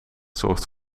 zorgt